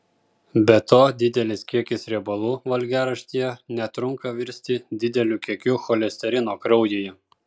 be to didelis kiekis riebalų valgiaraštyje netrunka virsti dideliu kiekiu cholesterino kraujyje